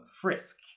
Frisk